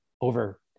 over